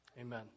Amen